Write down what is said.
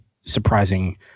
surprising